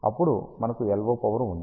అప్పుడు మనకు LO power ఉంది